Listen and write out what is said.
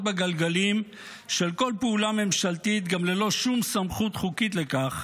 בגלגלים של כל פעולה ממשלתית גם ללא שום סמכות חוקית לכך,